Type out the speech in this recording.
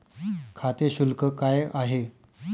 खाते शुल्क काय आहे?